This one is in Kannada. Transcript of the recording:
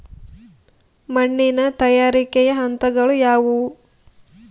ಮಣ್ಣಿನ ತಯಾರಿಕೆಯ ಹಂತಗಳು ಯಾವುವು?